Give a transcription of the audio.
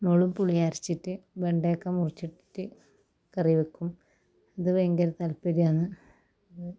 മുളകും പുളി അരച്ചിട്ട് വെണ്ടക്ക മുറിച്ചിട്ടിട്ട് കറി വെക്കും അത് ഭയങ്കര താൽപ്പര്യാന്ന്